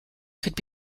could